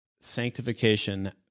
sanctification